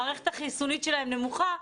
המערכת החיסונית שלהם נמוכה,